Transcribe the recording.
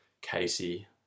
Casey